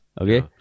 okay